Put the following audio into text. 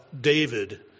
David